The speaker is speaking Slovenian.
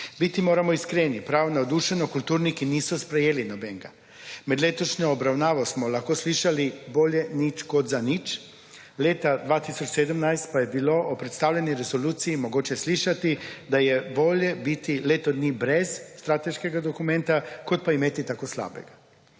Biti moramo iskreni prav navdušeno kulturniki niso sprejeli nobenega. Med letošnjo obravnavo smo lahko slišali bolje nič kot za nič. Leta 2017 pa je bilo o predstavljeni resoluciji mogoče slišati, da je bolj biti leto dni brez strateškega dokumenta kot pa imeti tako slabega,